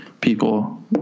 people